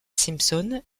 simpson